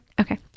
okay